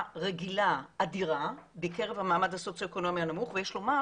רגילה אדירה בקרב המעמד הסוציו-אקונומי הנמוך ויש לומר